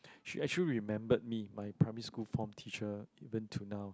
she actually remembered me my primary school form teacher even to now